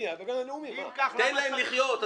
תן להם לחיות.